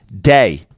day